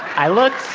i looked